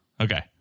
Okay